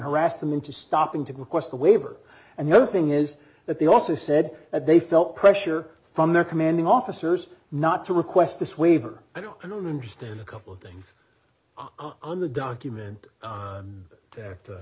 harassed them into stopping to request a waiver and the other thing is that they also said that they felt pressure from their commanding officers not to request this waiver i don't understand a couple of things on the document that